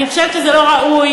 אני חושבת שזה לא ראוי.